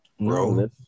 bro